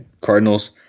Cardinals